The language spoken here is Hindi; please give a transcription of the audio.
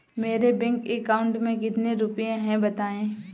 मेरे बैंक अकाउंट में कितने रुपए हैं बताएँ?